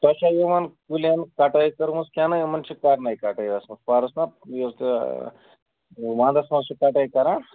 تۅہہِ چھا یِمن کُلٮ۪ن کَٹٲے کٔرمٕژ کِنہٕ یِمن چھِ کَرنَے کَٹٲے ٲسمٕژ پَرُس نا یہِ یُتھ ونٛدس منٛز چھِ کَٹٲے کَران